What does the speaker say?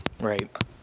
right